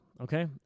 okay